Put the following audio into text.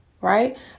right